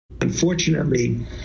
Unfortunately